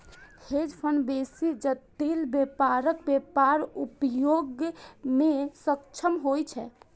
hedge fund बेसी जटिल व्यापारक व्यापक उपयोग मे सक्षम होइ छै